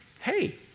hey